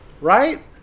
right